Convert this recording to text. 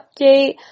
update